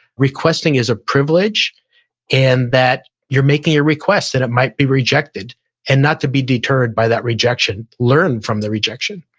requesting is a privilege and that you're making a request and it might be rejected and not to be deterred by that rejection. learn from the rejection.